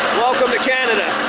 welcome to canada.